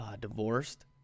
divorced